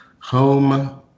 home